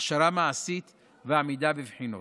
הכשרה מעשית ועמידה בבחינות.